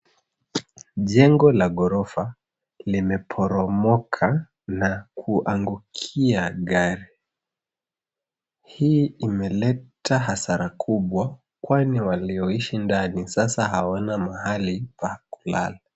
Jengo la ghorofa limeporomoka na kuangukia gari, hii imeleta hasara kubwa kwani walioishi ndani sasa hawana mahali pa kulala.